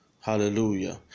Hallelujah